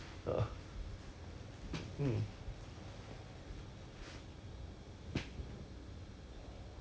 that's the thing lor because we don't know when things will get back to normal ah then if it g~ if it goes back to normal then obviously 可以买